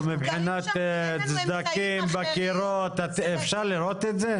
לא, מבחינת סדקים בקירות, אפשר לראות את זה?